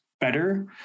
better